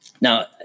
Now